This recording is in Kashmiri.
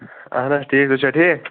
اَہَن حظ ٹھیٖک تُہۍ چھِوا ٹھیٖک